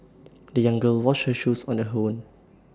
the young girl washed her shoes on her own